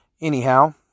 anyhow